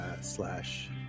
Slash